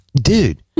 dude